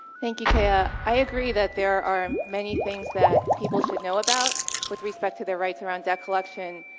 thank you, keo. i agree that there are many things that people should know about with respect to their rights around debt collection,